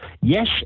yes